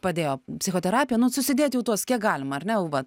padėjo psichoterapija nu susidėt jau tuos kiek galima ar ne jau va